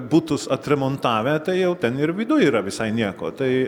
butus atremontavę tai jau ten ir viduj yra visai nieko tai